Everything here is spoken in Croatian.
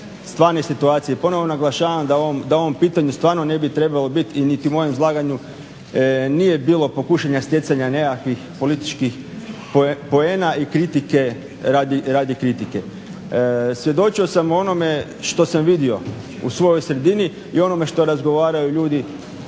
stvarne situacije i ponovno naglašavam da u ovom pitanju stvarno ne bi trebalo biti, niti u mojem izlaganju nije bilo pokušaja stjecanja nekakvih političkih poena i kritike radi kritike. Svjedočio sam onome što sam vidi u svojoj sredini i onome što razgovaraju ljudi